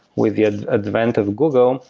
with the ah ah advent of google,